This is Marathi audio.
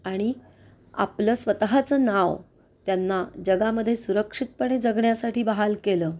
आणि आपलं स्वतःचं नाव त्यांना जगामध्ये सुरक्षितपणे जगण्यासाठी बहाल केलं